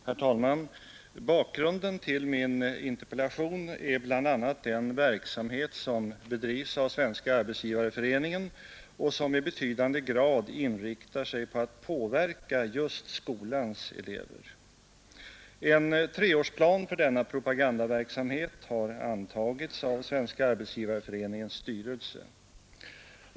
Herr talman! Bakgrunden till min interpellation är bl.a. den verksamhet som bedrivs av Svenska arbetsgivareföreningen och som i betydande grad inriktar sig på att påverka just skolans elever. En treårsplan för denna propagandaverksamhet har antagits av Svenska arbetsgivareföreningens styrelse.